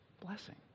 blessing